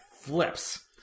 flips